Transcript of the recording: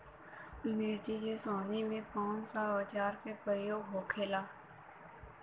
मिर्च के सोहनी में कौन सा औजार के प्रयोग होखेला?